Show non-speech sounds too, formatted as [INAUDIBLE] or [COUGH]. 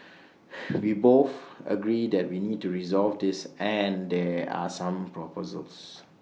[NOISE] we both agree that we need to resolve this and there are some proposals